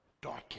darken